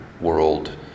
world